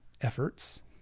efforts